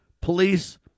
police